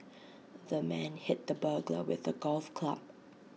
the man hit the burglar with A golf club